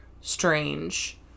strange